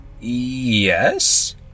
Yes